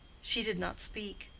she did not speak.